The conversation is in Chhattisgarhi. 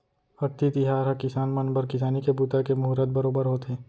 अक्ती तिहार ह किसान मन बर किसानी के बूता के मुहरत बरोबर होथे